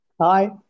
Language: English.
Hi